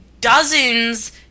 dozens